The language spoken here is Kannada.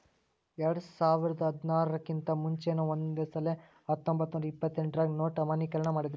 ಎರ್ಡ್ಸಾವರ್ದಾ ಹದ್ನಾರರ್ ಕಿಂತಾ ಮುಂಚೆನೂ ಒಂದಸಲೆ ಹತ್ತೊಂಬತ್ನೂರಾ ಎಪ್ಪತ್ತೆಂಟ್ರಾಗ ನೊಟ್ ಅಮಾನ್ಯೇಕರಣ ಮಾಡಿದ್ರು